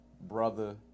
Brother